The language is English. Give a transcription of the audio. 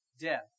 death